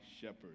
shepherd